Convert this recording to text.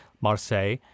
Marseille